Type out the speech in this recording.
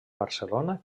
barcelona